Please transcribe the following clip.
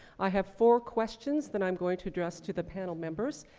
i have four questions that i'm going to address to the panel members.